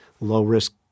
low-risk